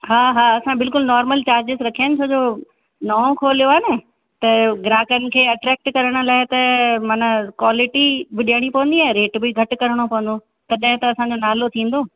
हा हा असां बिल्कुलु नॉर्मल चार्जिस रखिया आहे छो जो नओं खोलियो आहे न त ग्राहकन खे अट्रैक्ट करण लाइ त मन कॉलेटी बि ॾियणी पौंदी ऐं रेट बि घटि करिणो पवंदो तॾहिं त असांजो नालो थींदो